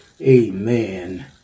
Amen